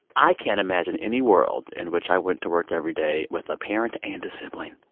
i can't imagine any world in which i went to work every day with a parent and sibling.